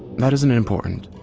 that isn't important.